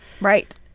Right